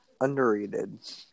underrated